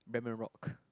Bretman-Rock